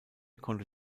konnte